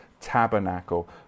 tabernacle